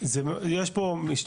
יש פה משתנים,